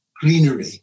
greenery